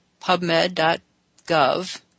pubmed.gov